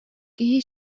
киһи